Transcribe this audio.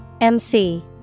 MC